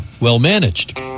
well-managed